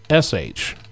sh